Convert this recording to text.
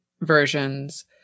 versions